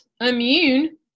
immune